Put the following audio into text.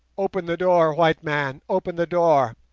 open the door, white man open the door!